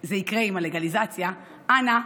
זה יקרה עם הלגליזציה, אנא,